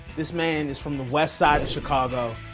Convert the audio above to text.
this man is from the west side of chicago.